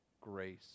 grace